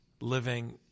living